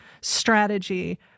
strategy